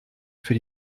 für